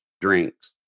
drinks